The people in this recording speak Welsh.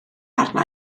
arna